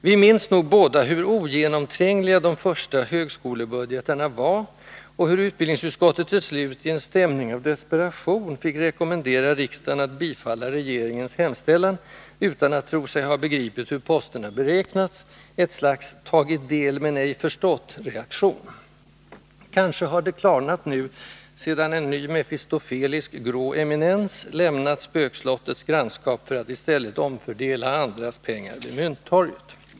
Vi minns nog båda hur ogenomträngliga de första högskolebudgetarna var, och hur utbildningsutskottet till slut i en stämning av desperation fick rekommendera riksdagen att bifalla regeringens hemställan utan att tro sig ha begripit hur posterna beräknats — ett slags ”tagit del, men ej förstått”- reaktion. Kanske har det klarnat nu, sedan en ny, mefistofelisk grå eminens lämnat Spökslottets grannskap för att i stället omfördela andras pengar vid Mynttorget.